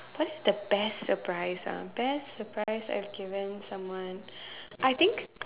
what's the best surprise ah best surprise I've given someone I think